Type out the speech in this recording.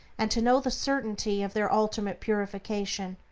and to know the certainty of their ultimate purification.